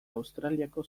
australiako